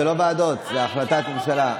זה לא ועדות, זו החלטת ממשלה.